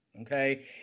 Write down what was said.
okay